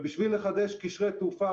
ובשביל לחדש קשרי תעופה,